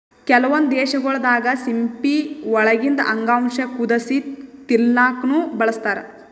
ಕೆಲವೊಂದ್ ದೇಶಗೊಳ್ ದಾಗಾ ಸಿಂಪಿ ಒಳಗಿಂದ್ ಅಂಗಾಂಶ ಕುದಸಿ ತಿಲ್ಲಾಕ್ನು ಬಳಸ್ತಾರ್